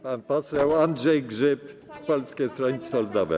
Pan poseł Andrzej Grzyb, Polskie Stronnictwo Ludowe.